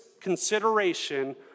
consideration